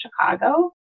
Chicago